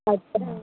અચ્છા